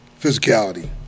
physicality